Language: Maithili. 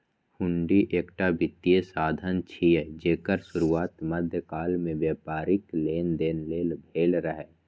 हुंडी एकटा वित्तीय साधन छियै, जेकर शुरुआत मध्यकाल मे व्यापारिक लेनदेन लेल भेल रहै